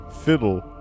fiddle